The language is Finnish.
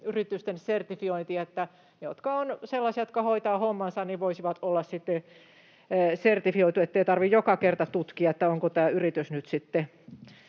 yritysten sertifiointi: ne, jotka ovat sellaisia, jotka hoitavat hommansa, voisivat olla sitten sertifioituja, ettei tarvitse joka kerta tutkia, onko tämä yritys nyt